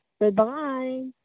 Goodbye